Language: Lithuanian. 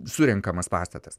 surenkamas pastatas